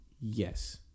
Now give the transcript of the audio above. Yes